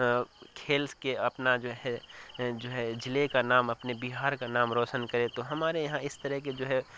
کھیل کے اپنا جو ہے ضلع کا نام اپنے بہار کا نام روشن کرے تو ہمارے یہاں اس طرح کے جو ہے